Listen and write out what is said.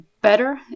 better